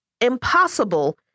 impossible